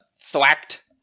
thwacked